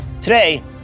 Today